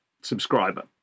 subscriber